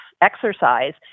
exercise